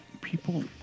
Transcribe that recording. People